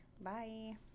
Bye